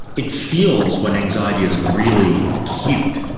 it feels, when anxiety is really acute,